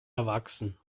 erwachsen